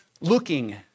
looking